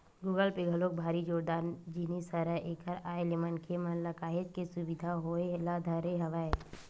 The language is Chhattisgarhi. गुगल पे घलोक भारी जोरदार जिनिस हरय एखर आय ले मनखे मन ल काहेच के सुबिधा होय ल धरे हवय